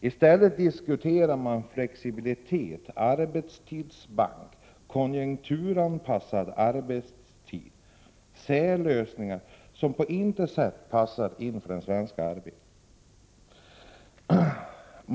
I stället diskuteras flexibilitet, arbetstidsbank och konjunkturanpassad arbetstid — särlösningar, som på intet sätt passar in på den svenska arbetsmarknaden.